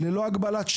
היום מגיעים ללשכות,